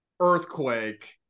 earthquake